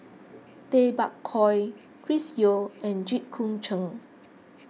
Tay Bak Koi Chris Yeo and Jit Koon Ch'ng